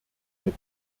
mit